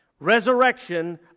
Resurrection